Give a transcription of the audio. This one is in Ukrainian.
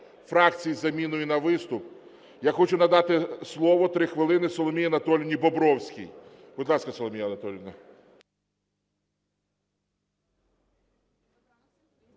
фракцій з заміною на виступ. Я хочу надати слово, 3 хвилини, Соломії Анатоліївні Бобровській. Будь ласка, Соломія Анатоліївна.